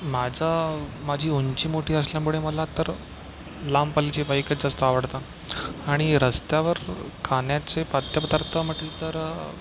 माझं माझी उंची मोठी असल्यामुळे मला तर लांब पल्ल्याची बाईकच जास्त आवडतं आणि रस्त्यावर खाण्याचे खाद्यपदार्थ म्हटलं तर